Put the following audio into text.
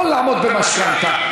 יכול לעמוד במשכנתה.